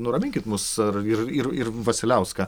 nuraminkit mus ar ir ir ir vasiliauską